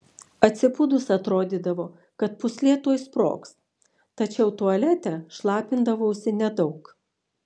atsibudus atrodydavo kad pūslė tuoj sprogs tačiau tualete šlapindavausi nedaug